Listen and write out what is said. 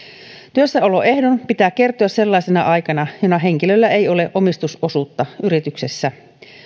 työssäoloehdon pitää kertyä sellaisena aikana jona henkilöllä ei ole omistusosuutta yrityksessä